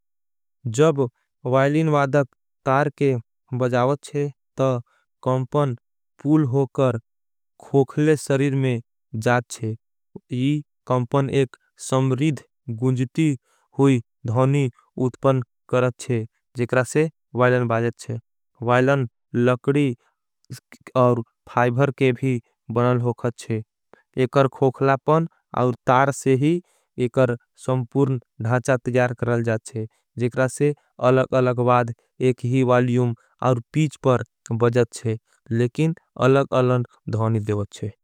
जब वाइलिन वादक तार के बजावत छे ता कामपन पूल होकर। खोखले सरीर में जाथ छे यी कामपन एक सम्रीध गुञ्जिती हुई। धोनी उत्पन करत छे जेकरा से वाइलिन बाजत छे वाइलिन। लकडी और फाइबर के भी बनल होकर छे एकर खोखलापन। और तार से ही एकर सम्पूर्ण धाचा त्यार करल जाथ छे जेकरा। से अलग अलग वाद एक ही वाल्यूम और पीज पर बजत। छे लेकिन अलग अलन धोनी देवत छे।